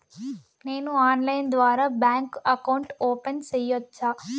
నేను ఆన్లైన్ ద్వారా bank account open సేయొచ్చా?